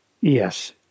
yes